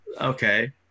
Okay